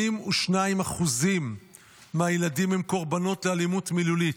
82% מהילדים הם קורבנות לאלימות מילולית.